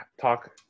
Talk